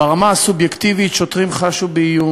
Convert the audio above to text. ברמה הסובייקטיבית שוטרים חשו באיום.